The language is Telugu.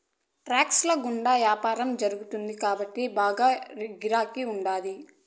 ట్రేడ్స్ ల గుండా యాపారం జరుగుతుంది కాబట్టి బాగా గిరాకీ ఉంటాది